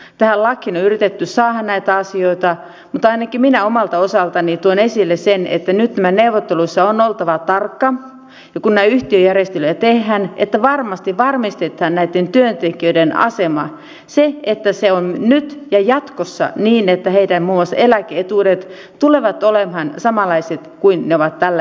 tähän lakiin on yritetty saada näitä asioita mutta ainakin minä omalta osaltani tuon esille sen että on oltava tarkkana nyt näissä neuvotteluissa ja kun näitä yhtiöjärjestelyjä tehdään että varmasti varmistetaan näitten työntekijöiden asema että se on nyt ja jatkossa niin että muun muassa heidän eläke etuutensa tulevat olemaan samanlaiset kuin ne ovat tällä hetkellä